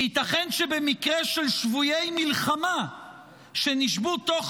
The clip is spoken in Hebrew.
ייתכן שבמקרה של שבויי מלחמה שנשבו תוך